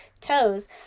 Toes